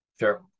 Sure